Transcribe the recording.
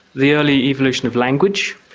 the early evolution of language,